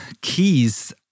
keys